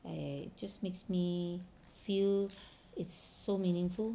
I just makes me feel it's so meaningful